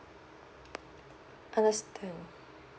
understand